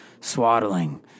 swaddling